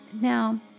Now